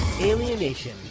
Alienation